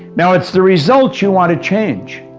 now, it's the results you want to change,